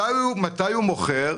מתי המשקיעים מוכרים?